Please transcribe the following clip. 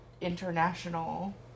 international